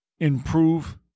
improve